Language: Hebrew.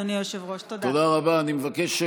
תודה רבה.